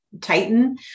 tighten